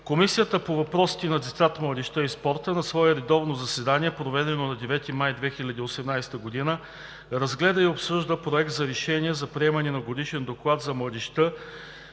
Комисията по въпросите на децата, младежта и спорта на свое редовно заседание, проведено на 9 май 2018 г., разгледа и обсъди Проект за решение за приемане на Годишен доклад за младежта